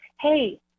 hey